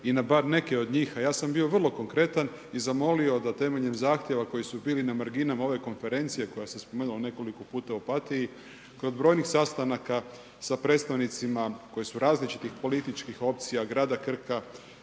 i na bar neke od njih, a ja sam bio vrlo konkretan i zamolio da temeljem zahtjeva koji su bili na marginama ove konferencije koja se spomenula nekoliko puta u Opatiji, kod brojnih sastanaka sa predstavnicima koji su različitih političkih opcija, grada Krka,